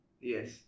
yes